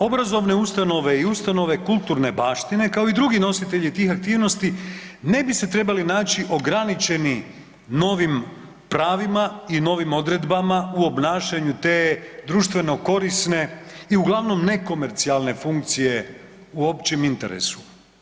Obrazovne ustanove i ustanove kulturne baštine kao i drugi nositelji tih aktivnosti ne bi se trebali naći ograničeni novim pravima i novim odredbama u obnašanju te društveno korisne i uglavnom nekomercijalne funkcije u općem interesu.